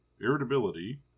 irritability